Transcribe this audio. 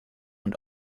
und